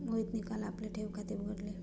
मोहितने काल आपले ठेव खाते उघडले